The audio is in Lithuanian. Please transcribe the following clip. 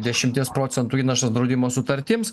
dešimties procentų įnašas draudimo sutartims